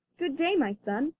good day, my son!